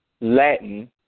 Latin